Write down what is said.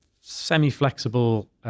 semi-flexible